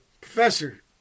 Professor